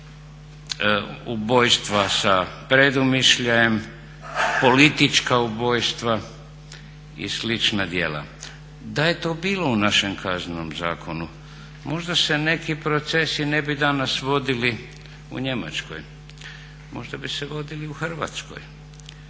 Ubojstva sa predumišljajem, politička ubojstva i slična djela. Da je to bilo u našem kaznenom zakonu možda se neki procesi ne bi danas vodili u Njemačkoj, možda bi se vodili u Hrvatskoj.